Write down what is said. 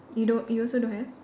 you don't you also don't have